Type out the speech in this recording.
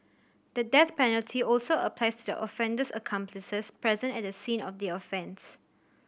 the death penalty also applies to the offender's accomplices present at the scene of the offence